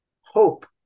hope